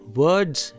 words